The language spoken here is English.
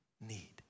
need